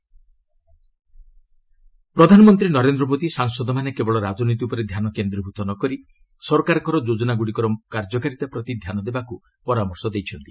PM public works ପ୍ରଧାନମନ୍ତ୍ରୀ ନରେନ୍ଦ୍ର ମୋଦୀ ସାଂସଦମାନେ କେବଳ ରାଜନୀତି ଉପରେ ଧ୍ୟାନ କେନ୍ଦ୍ରୀଭୂତ ନ କରି ସରକାରଙ୍କର ଯୋଜନାଗ୍ରଡ଼ିକର କାର୍ଯ୍ୟକାରୀତା ପ୍ରତି ଧ୍ୟାନ ଦେବାକୁ ପରାମର୍ଶ ଦେଇଛନ୍ତି